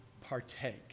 Partake